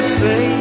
say